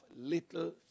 little